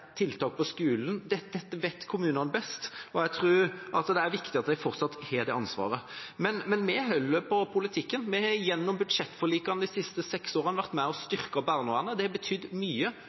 tiltak på skolen? Dette vet kommunene best, og jeg tror det er viktig at de fortsatt har det ansvaret. Men vi holder på politikken. Vi har gjennom budsjettforlikene de siste seks årene vært med og styrket barnevernet. Det har betydd mye